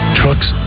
trucks